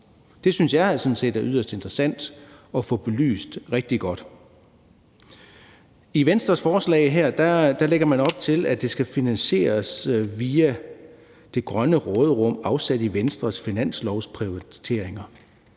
jeg sådan set er yderst interessant at få belyst rigtig godt. I Venstres forslag her lægger man op til, at det skal finansieres via det grønne råderum afsat i Venstres finanslovsprioriteringer.